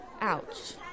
Ouch